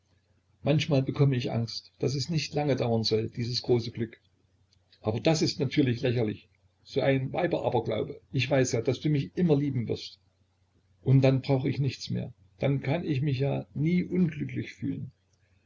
manchmal bekomme ich angst daß es nicht lange dauern sollte dies große glück aber das ist natürlich lächerlich so ein weiberaberglaube ich weiß ja daß du mich immer lieben wirst und dann brauch ich nichts mehr dann kann ich mich ja nie unglücklich fühlen